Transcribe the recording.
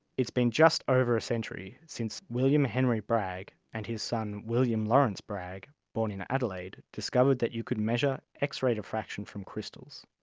been just over a century since william henry bragg and his son william lawrence bragg, born in adelaide, discovered that you could measure x-ray diffraction from crystals.